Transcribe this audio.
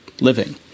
living